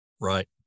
Right